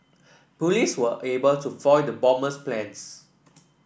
police were able to foil the bomber's plans